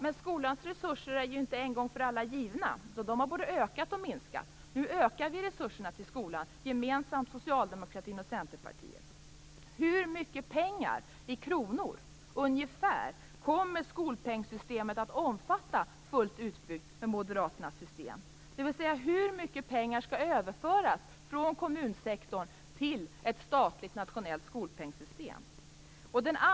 Men skolans resurser är ju inte givna en gång för alla. De har både ökat och minskat. Nu ökar Socialdemokraterna och Centerpartiet gemensamt resurserna till skolan. Ungefär hur mycket pengar i kronor räknat kommer Moderaternas skolpengssystem att omfatta när det är fullt utbyggt? Hur mycket pengar skall överföras från kommunsektorn till ett statligt nationellt skolpengssystem?